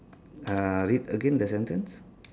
uh read again the sentence